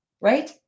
Right